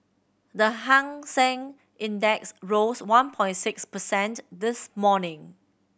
the Hang Seng Index rose one point six percent this morning